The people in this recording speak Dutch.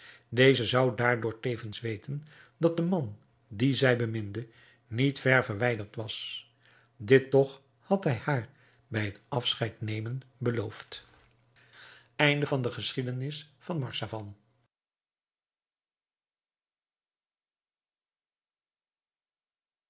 deze zou daardoor tevens weten dat de man dien zij beminde niet ver verwijderd was dit toch had hij haar hij het afscheid nemen beloofd